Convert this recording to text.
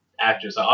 Actress